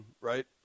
right